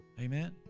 Amen